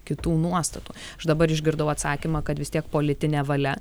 kitų nuostatų aš dabar išgirdau atsakymą kad vis tiek politinė valia